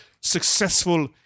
successful